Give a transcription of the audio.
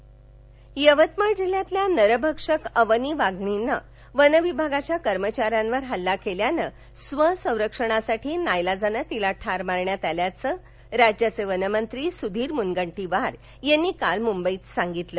मुनगंटीवार अवनी वाघिण यवतमाळ जिल्ह्यातील नरभक्षक अवनी वाधिणीने वनविभागाच्या कर्मचाऱ्यांवर हल्ला केल्याने स्वसंरक्षणासाठी नाईलाजाने तिला ठार मारण्यात आल्याचं राज्याचे वनमंत्री सुधीर मुनगंटीवार यांनी काल मुंबई ध्वं सांगितलं